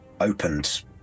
opened